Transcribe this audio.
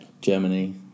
Germany